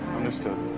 understood.